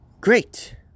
great